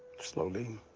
slowly.